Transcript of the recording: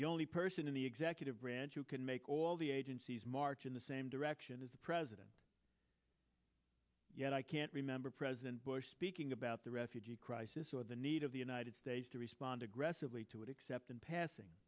the only person in the executive branch who can make all the agencies march in the same direction as the president yet i can't remember president bush speaking about the refugee crisis or the need of the united states to respond aggressively to it except in passing